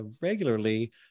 regularly